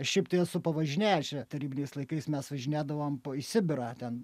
šiaip tai esu pavažinėjęs čiatarybiniais laikais mes važinėdavom į sibirą ten